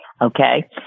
okay